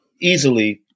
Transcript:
easily